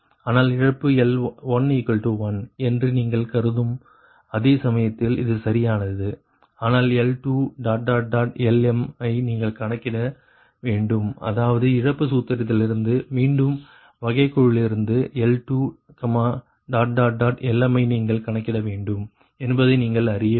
ஆனால் இழப்பு L11 என்று நீங்கள் கருதும் அதே சமயத்தில் இது சரியானது ஆனால் L2Lm ஐ நீங்கள் கணக்கிட வேண்டும் அதாவது இழப்பு சூத்திரத்திலிருந்து மற்றும் வகைக்கெழுவிலிருந்து L2Lm ஐ நீங்கள் கணக்கிட வேண்டும் என்பதை நீங்கள் அறிய வேண்டும்